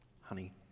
Honey